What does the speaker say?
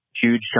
Huge